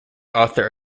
author